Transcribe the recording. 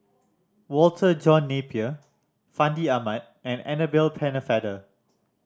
Walter John Napier Fandi Ahmad and Annabel Pennefather